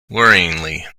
worryingly